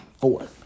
four